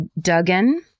Duggan